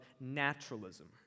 naturalism